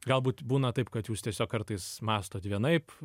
galbūt būna taip kad jūs tiesiog kartais mąstot vienaip